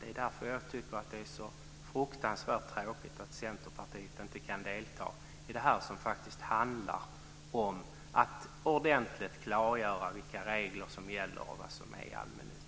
Därför tycker jag att det är så fruktansvärt tråkigt att Centerpartiet inte kan delta i det här som faktiskt handlar om att ordentligt klargöra vilka regler som gäller och vad som är allmännyttan.